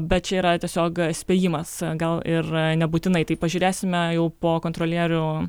bet čia yra tiesiog spėjimas gal ir nebūtinai tai pažiūrėsime jau po kontrolierių